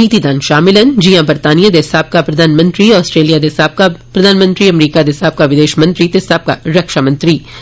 नीतिदान शामन न जियां बरतानियां दे साबका प्रधानमंत्री आस्ट्रेलिया दे साबका प्रधानमंत्री अमरीका दे साबका विदेश मंत्री ते साबका रक्षामंत्री शामल हे